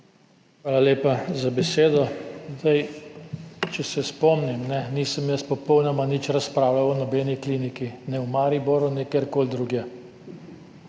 Hvala lepa za besedo. Če se spomnim, nisem jaz popolnoma nič razpravljal o nobeni kliniki, ne v Mariboru ne kjerkoli drugje.